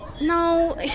No